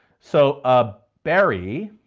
so ah barry,